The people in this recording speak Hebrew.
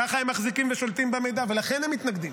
ככה הם מחזיקים ושולטים במידע, ולכן הם מתנגדים.